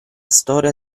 storia